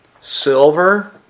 Silver